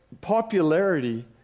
popularity